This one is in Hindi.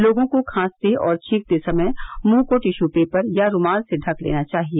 लोगों को खांसते और छींकते समय मुंह को टीश्यू पेपर या रूमाल से ढक लेना चाहिए